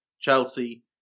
Chelsea